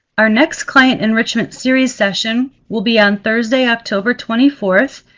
our next client enrichment series session will be on thursday, october twenty fourth.